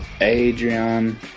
Adrian